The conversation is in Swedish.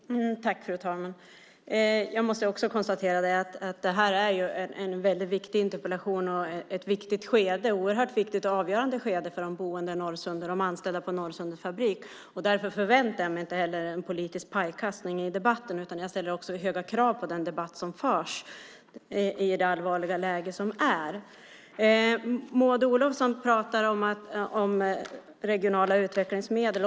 Fru talman! Jag måste också konstatera att det här är en väldigt viktig interpellation, och det är ett oerhört viktigt och avgörande skede för de boende i Norrsundet och de anställda på Norrsundets fabrik. Därför väntar jag mig inte en politisk pajkastning i debatten, utan jag ställer höga krav på den debatt som förs i det allvarliga läge som råder. Maud Olofsson pratar om regionala utvecklingsmedel.